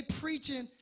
preaching